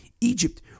Egypt